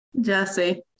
Jesse